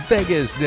Vegas